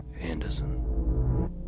Anderson